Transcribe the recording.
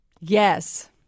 Yes